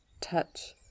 touch